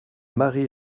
marie